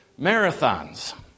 marathons